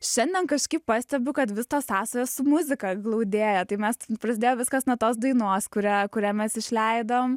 šiandien kažkaip pastebiu kad vis tos sąsajos su muzika glaudėja tai mes prasidėjo viskas nuo tos dainos kurią kurią mes išleidom